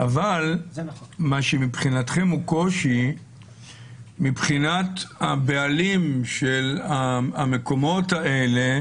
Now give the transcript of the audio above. אבל מה שמבחינתכם הוא קושי מבחינת הבעלים של המקומות האלה